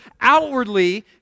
outwardly